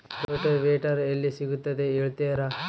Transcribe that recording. Rotavator ಎಲ್ಲಿ ಸಿಗುತ್ತದೆ ಹೇಳ್ತೇರಾ?